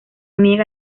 niega